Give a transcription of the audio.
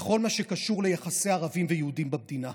בכל מה שקשור ליחסי ערבים ויהודים במדינה.